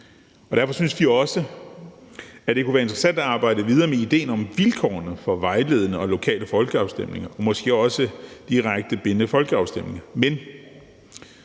Derfor synes de også, at det kunne være interessant at arbejde videre med idéen om vilkårene for vejledende og lokale folkeafstemninger og måske også direkte bindende folkeafstemninger.